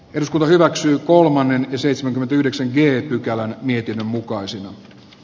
eduskunta hyväksyy kolmannen seitsemänkymmentäyhdeksän beepykälän niityn mukaan san